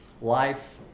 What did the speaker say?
life